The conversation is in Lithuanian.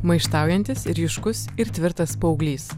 maištaujantis ryškus ir tvirtas paauglys